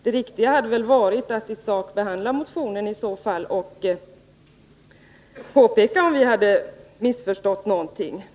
Det riktiga hade i så fall varit att i sak behandla motionen och påpeka om vi hade missförstått någonting.